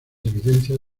evidencias